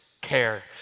Care